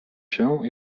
się